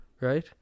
right